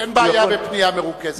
אין בעיה בבנייה מרוכזת.